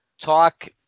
talk